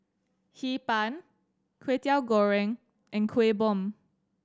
Hee Pan Kwetiau Goreng and Kuih Bom